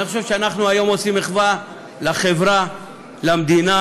אני חושב שהיום אנחנו עושים מחווה לחברה, למדינה,